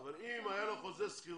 אבל אם היה לו חוזה שכירות